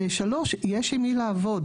והשלישי שיש עם מי לעבוד.